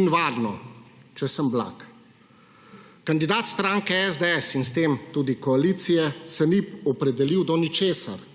in varno, če sem blag. Kandidat stranke SDS in s tem tudi koalicije se ni opredelil do ničesar.